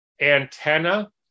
antenna